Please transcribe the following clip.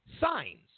signs